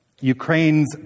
Ukraine's